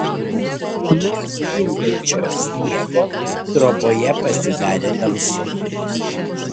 nuo zvimbiančio sniego troboje pasidarė tamsu